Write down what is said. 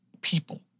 people